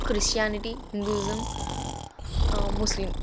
Christianity Hinduism Muslim